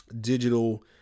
Digital